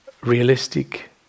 realistic